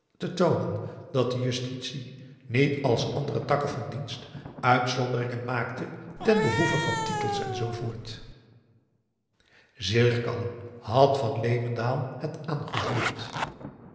te toonen dat de justitie niet als andere takken van dienst uitzonderingen maakte ten behoeve van titels en zoo voort p a daum de van der lindens c s onder ps maurits zeer kalm had van leeuwendaal het aangehoord